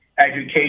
education